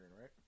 right